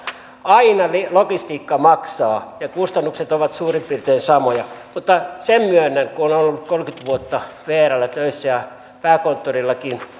aina logistiikka maksaa ja kustannukset ovat suurin piirtein samoja mutta sen myönnän kun olen ollut kolmekymmentä vuotta vrllä töissä ja pääkonttorillakin